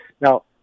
now